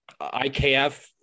IKF